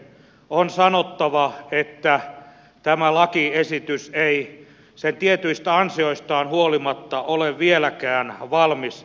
on sanottava että tämä lakiesitys ei tietyistä ansioistaan huolimatta ole vieläkään valmis